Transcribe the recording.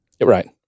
Right